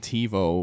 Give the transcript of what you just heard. TiVo